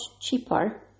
cheaper